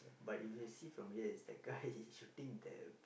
but if you see from here is that guy he shooting the